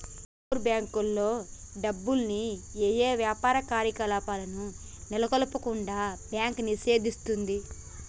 offshore బ్యేంకుల్లో డబ్బుల్ని యే యాపార కార్యకలాపాలను నెలకొల్పకుండా బ్యాంకు నిషేధిస్తది